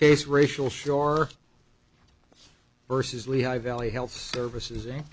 case racial shark versus lehigh valley health services